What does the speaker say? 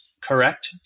correct